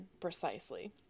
precisely